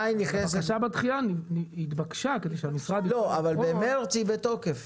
הדחייה התבקשה כדי שהמשרד יוכל לבחון --- אבל במרץ היא בתוקף.